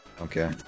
Okay